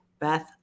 beth